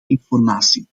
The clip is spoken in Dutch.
informatie